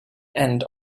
end